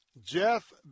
Jeff